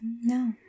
No